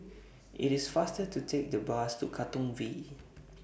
IT IS faster to Take The Bus to Katong V